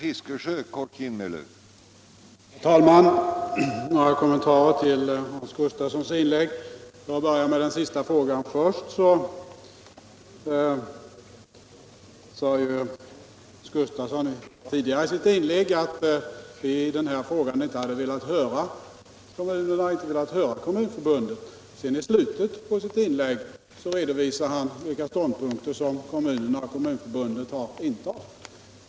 Herr talman! Några kommentarer till herr Gustafssons i Ronneby inlägg. För att börja med den sista frågan vill jag påpeka att herr Gustafsson tidigare i sitt inlägg sade att vi i denna fråga inte velat höra kommunerna och Kommunförbundet. I slutet av sitt inlägg redovisade han vilka ståndpunkter kommunerna och Kommunförbundet intagit.